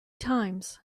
times